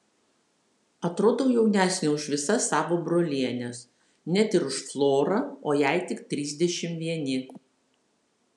atrodau jaunesnė už visas savo brolienes net ir už florą o jai tik trisdešimt vieni